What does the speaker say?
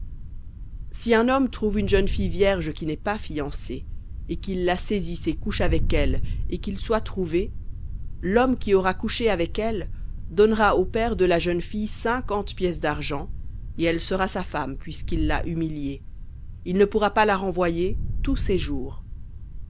si un homme trouve une jeune fille vierge qui n'est pas fiancée et qu'il la saisisse et couche avec elle et qu'ils soient trouvés lhomme qui aura couché avec elle donnera au père de la jeune fille cinquante pièces d'argent et elle sera sa femme puisqu'il l'a humiliée il ne pourra pas la renvoyer tous ses jours